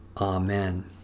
Amen